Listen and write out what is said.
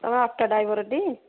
ତୁମେ ଅଟୋ ଡ୍ରାଇଭରଟି